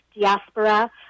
diaspora